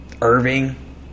Irving